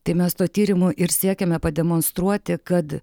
tai mes tuo tyrimu ir siekėme pademonstruoti kad